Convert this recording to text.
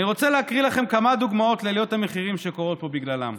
אני רוצה להקריא לכם כמה דוגמאות לעליות המחירים שקורות פה בגללם: